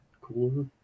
cooler